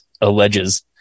alleges